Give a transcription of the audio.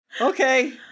Okay